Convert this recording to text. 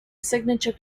signature